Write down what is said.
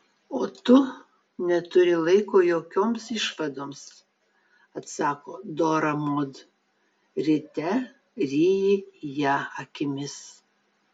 o tu neturi laiko jokioms išvadoms atsako dora mod ryte ryji ją akimis